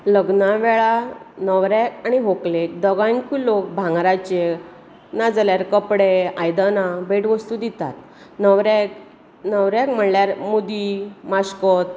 लग्ना वेळार न्हवऱ्याक आनी व्हंकलेक दोगांयकूय लोक भांगाराच्यो ना जाल्यार कपडे आयदनां भेटवस्तू दितात न्हवऱ्याक न्हवऱ्याक म्हणल्यार मुदी माशकोत